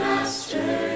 Master